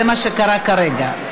זה מה שקרה כרגע.